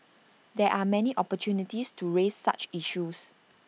there are many opportunities to raise such issues